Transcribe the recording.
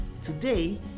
Today